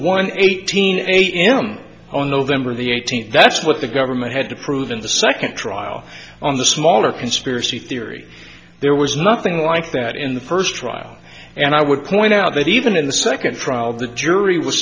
one eighteen am on november the eighteenth that's what the government had to prove in the second trial on the smaller conspiracy theory there was nothing like that in the first trial and i would point out that even in the second trial the jury was